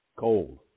Cold